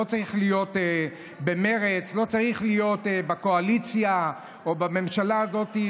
לא צריך להיות במרצ ולא צריך להיות בקואליציה או בממשלה הזאת כדי